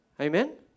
Amen